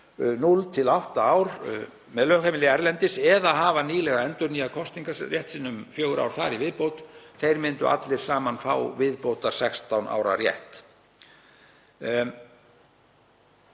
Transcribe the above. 0–8 ár með lögheimili erlendis eða hafa nýlega endurnýjað kosningarrétt sinn um fjögur ár þar í viðbót, myndu allir saman fá viðbótar 16 ára rétt.